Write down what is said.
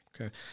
Okay